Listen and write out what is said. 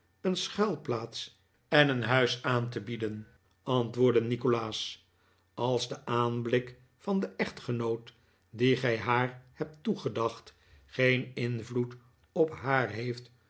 een schuilplaats en een huis aan te bieden antwoordde nikolaas als de aanblik van den echtgenoot dien gij haar hebt toegedacht geen invloed op haar heeft